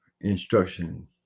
instruction